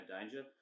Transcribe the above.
danger